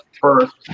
first